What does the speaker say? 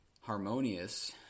harmonious